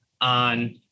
on